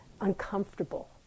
uncomfortable